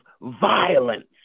violence